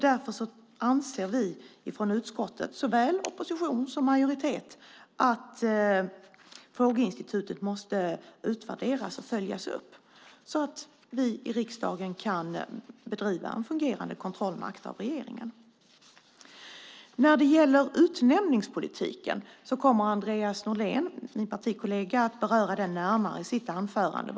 Därför anser vi i utskottet, såväl opposition som majoritet, att frågeinstituten måste utvärderas och följas upp så att vi i riksdagen kan bedriva en fungerande kontroll av regeringen. Min partikollega Andreas Norlén kommer att närmare beröra utnämningspolitiken i sitt anförande.